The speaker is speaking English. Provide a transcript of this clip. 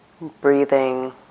breathing